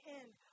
end